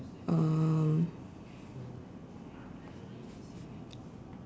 um